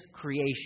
creation